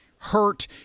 hurt